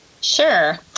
Sure